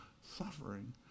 suffering